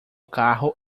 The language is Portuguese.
carro